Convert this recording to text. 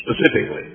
specifically